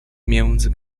między